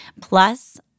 Plus